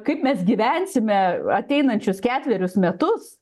kaip mes gyvensime ateinančius ketverius metus